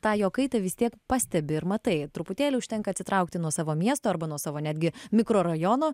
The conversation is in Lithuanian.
tą jo kaitą vis tiek pastebi ir matai truputėlį užtenka atsitraukti nuo savo miesto arba nuo savo netgi mikrorajono